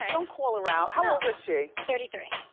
ah don't call her out how old is she? thirty three.